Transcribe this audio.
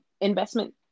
investment